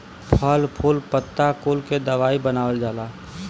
फल फूल पत्ता कुल के दवाई बनावल जाला